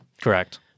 Correct